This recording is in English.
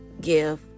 give